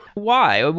why?